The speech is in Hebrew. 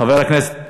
חבר הכנסת